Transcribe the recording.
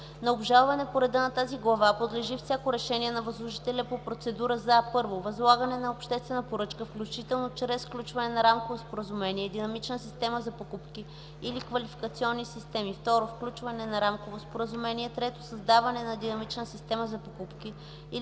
На обжалване по реда на тази глава подлежи всяко решение на възложителите по процедура за: 1. възлагане на обществена поръчка, включително чрез сключване на рамково споразумение, динамична система за покупки или квалификационни системи; 2. сключване на рамково споразумение; 3. създаване на динамична система за покупки или квалификационни системи;